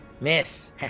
Miss